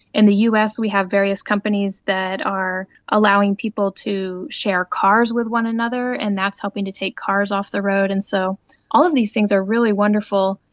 in the us we have various companies that are allowing people to share cars with one another and that's helping to take cars off the road. and so all of these things are really wonderful,